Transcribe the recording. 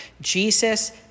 Jesus